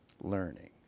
learning